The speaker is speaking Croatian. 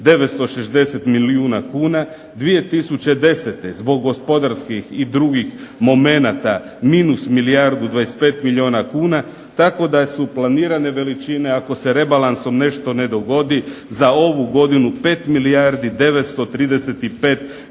960 milijuna kuna. 2010. zbog gospodarskih i drugih momenta minus milijardu 25 milijuna kuna tako da su planirane veličine ako se rebalansom nešto ne dogodi za ovu godinu 5 milijardi 935 milijuna